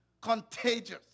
Contagious